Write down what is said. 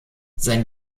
sein